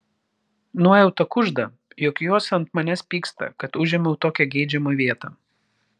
nuojauta kužda jog jos ant manęs pyksta kad užėmiau tokią geidžiamą vietą